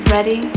Ready